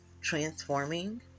transforming